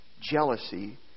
jealousy